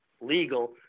legal